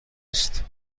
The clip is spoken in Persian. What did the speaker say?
است